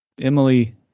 emily